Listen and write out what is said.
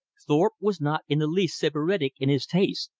thorpe was not in the least sybaritic in his tastes,